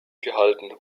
gehalten